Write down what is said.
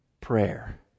prayer